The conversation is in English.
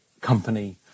company